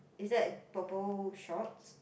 is that purple shorts